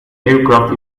aircraft